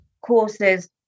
courses